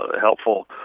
helpful